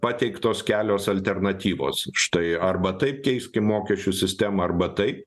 pateiktos kelios alternatyvos štai arba taip keiskim mokesčių sistemą arba taip